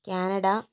Canada